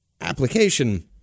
application